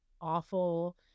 awful